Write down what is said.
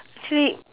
actually